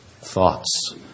thoughts